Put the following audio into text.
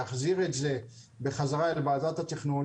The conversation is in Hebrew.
להחזיר את זה בחזרה אל ועדת התכנון,